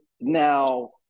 now